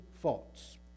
faults